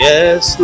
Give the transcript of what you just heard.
Yes